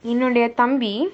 என்னுடைய தம்பி:ennudaiya thambi